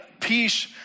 peace